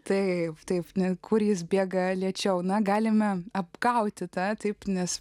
tai taip ne kur jis bėga lėčiau na galime apgauti tą taip nes